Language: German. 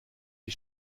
die